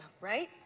right